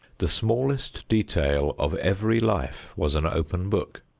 the smallest detail of every life was an open book.